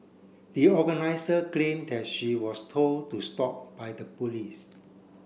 the organiser claimed that she was told to stop by the police